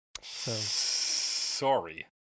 Sorry